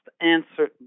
answer